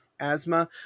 asthma